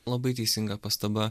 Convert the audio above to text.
labai teisinga pastaba